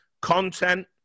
content